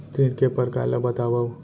ऋण के परकार ल बतावव?